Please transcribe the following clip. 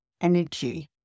energy